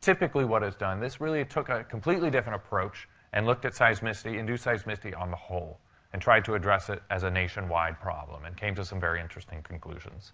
typically what is done, this really took a completely different approach and looked at seismicity induced seismicity on the whole and tried to address it as a nationwide problem and came to some very interesting conclusions.